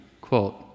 quote